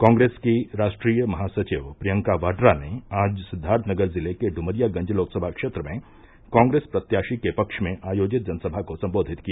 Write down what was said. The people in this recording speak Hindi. कॉग्रेस की राष्ट्रीय महासचिव प्रियंका वाड़ा ने आज सिद्वार्थनगर जिले के ड्मरियागंज लोकसभा क्षेत्र में कॉग्रेस प्रत्याशी के पक्ष में आयोजित जनसभा को सम्बोधित किया